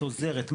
עוזרת,